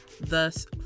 thus